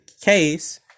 case